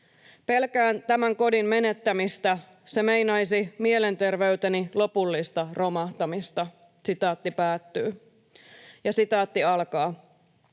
Pelkään tämän kodin menettämistä, se meinaisi mielenterveyteni lopullista romahtamista.” ”Asumistilanteeni